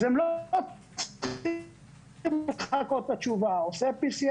אז הם לא צריכים לחכות לתשובה, הוא עושה PCR,